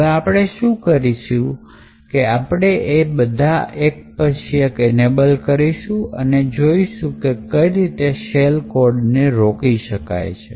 હવે આપણે શું કરીશું કે આપણે એ બધા એક પછી એક એનબલ કરીશું અને જોઈ શકે કઈ રીતે શેલ કોડ ને રોકી શકાય છે